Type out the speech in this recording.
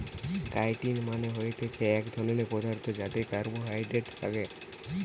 chitin মানে হতিছে এক ধরণের পদার্থ যাতে কার্বোহাইড্রেট থাকে